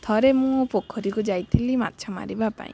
ଥରେ ମୁଁ ପୋଖରୀକୁ ଯାଇଥିଲି ମାଛ ମାରିବା ପାଇଁ